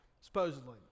supposedly